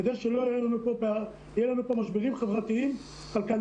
כדי שלא יהיו לנו פה משברים חברתיים כלכליים